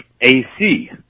AC